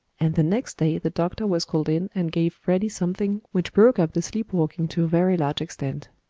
and the next day the doctor was called in and gave freddie something which broke up the sleep-walking to a very large extent.